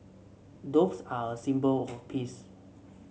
doves are a symbol of peace